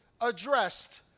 addressed